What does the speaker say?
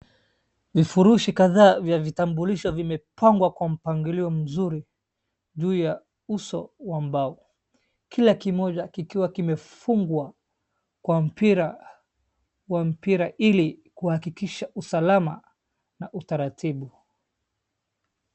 vifurushi kadhaa vya vitambulisho vimepangwa kwa mpangilio mzuri ju ya uso wa mbao kila kimoja kikiwa kimefungwa kwa mpira ili kuhakikisha usalama na utaratibu